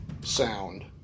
sound